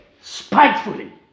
spitefully